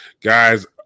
guys